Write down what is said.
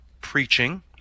preaching